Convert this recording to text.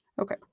Okay